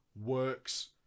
works